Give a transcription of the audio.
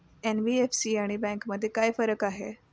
NBFC आणि बँकांमध्ये काय फरक आहे?